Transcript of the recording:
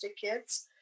kids